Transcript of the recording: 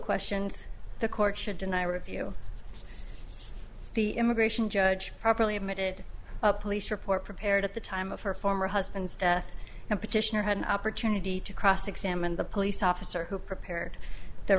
questions the court should deny review the immigration judge properly admitted a police report prepared at the time of her former husband and petitioner had an opportunity to cross examine the police officer who prepared t